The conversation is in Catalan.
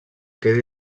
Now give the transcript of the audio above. quedi